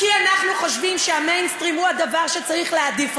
כי אנחנו חושבים שהמיינסטרים הוא הדבר שצריך להעדיף.